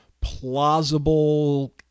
plausible